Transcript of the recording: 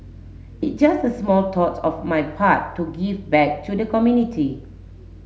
it's just a small tout of my part to give back to the community